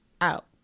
out